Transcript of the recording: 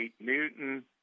Newton